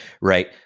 right